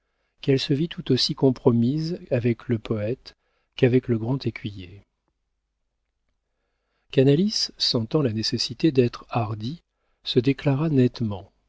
qu'elle se vit tout aussi compromise avec le poëte qu'avec le grand écuyer canalis sentant la nécessité d'être hardi se déclara nettement